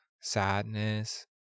sadness